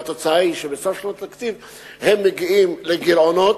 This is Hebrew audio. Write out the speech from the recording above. והתוצאה היא שבסוף שנת התקציב הן מגיעות לגירעונות,